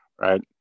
right